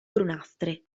brunastre